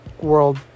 World